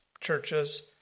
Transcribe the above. churches